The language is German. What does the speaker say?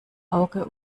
auge